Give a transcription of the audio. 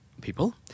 people